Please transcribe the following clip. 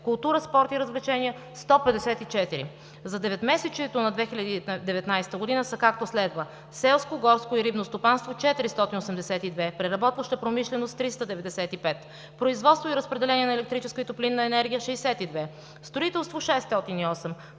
култура, спорт и развлечения – 154. За деветмесечието на 2019 г. са, както следва: селско, горско и рибно стопанство – 482; преработваща промишленост – 395; производство и разпределение на електрическа и топлинна енергия – 62; строителство – 608;